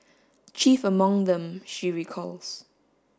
chief among them she recalls